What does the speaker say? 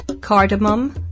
cardamom